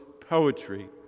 poetry